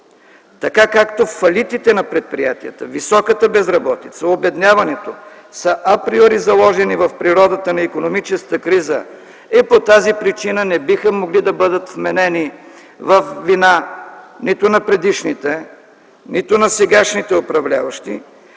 Така както фалитите на предприятията, високата безработица, обедняването са априори заложени в природата на икономическата криза и по тази причина не биха могли да бъдат вменени във вина нито на предишните, нито на сегашните управляващи,